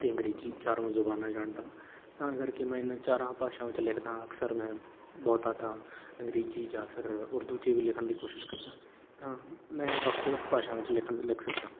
ਅਤੇ ਅੰਗਰੇਜ਼ੀ ਚਾਰੋਂ ਜ਼ੁਬਾਨਾਂ ਜਾਣਦਾ ਹਾਂ ਤਾਂ ਕਰਕੇ ਮੈਂ ਇਹਨਾਂ ਚਾਰਾਂ ਭਾਸ਼ਾਵਾਂ 'ਚ ਲਿਖਦਾ ਹਾਂ ਅਕਸਰ ਮੈਂ ਬਹੁਤਾ ਤਾਂ ਅੰਗਰੇਜ਼ੀ ਜਾਂ ਫਿਰ ਉਰਦੂ 'ਚ ਵੀ ਲਿਖਣ ਦੀ ਕੋਸ਼ਿਸ਼ ਕਰਦਾ ਤਾਂ ਮੈਂ ਵੱਖੋ ਵੱਖ ਭਾਸ਼ਾਵਾਂ 'ਚ ਲਿਖਣ ਲਿਖ ਸਕਦਾ